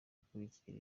akurikiye